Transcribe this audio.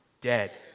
Dead